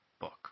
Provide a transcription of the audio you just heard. book